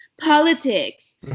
politics